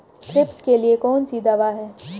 Thrips के लिए कौन सी दवा है?